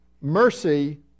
mercy